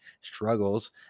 struggles